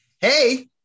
Hey